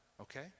okay